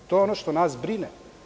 To je ono što nas brine.